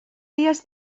dies